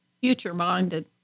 future-minded